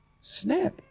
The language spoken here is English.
snap